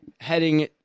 heading